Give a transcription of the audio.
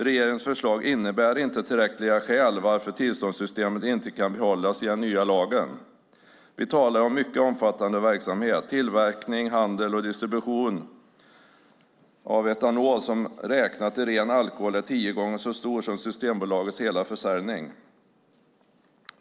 Regeringens förslag innebär inte tillräckliga skäl för att tillståndssystemet inte kan behållas i den nya lagen. Vi talar om en mycket omfattande verksamhet. Tillverkning, handel och distribution av etanol är, räknat i ren alkohol, tio gånger så stor som Systembolagets hela försäljning.